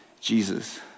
Jesus